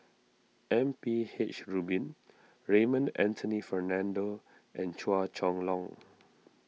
M P H Rubin Raymond Anthony Fernando and Chua Chong Long